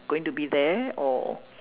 going to be there or